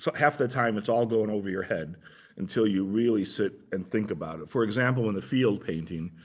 so half the time it's all going over your head until you really sit and think about it. for example, in the field painting,